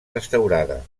restaurada